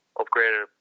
upgraded